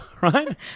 right